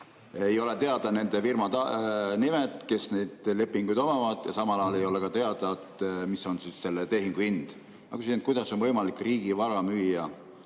Ei ole teada nende firmade nimed, kes neid lepinguid omavad, samal ajal ei ole ka teada, mis on selle tehingu hind. Ma küsin: kuidas on võimalik riigi vara müüa